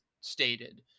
stated